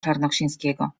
czarnoksięskiego